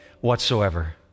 whatsoever